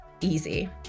easy